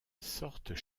sortent